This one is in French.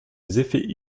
effets